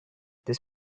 this